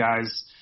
guys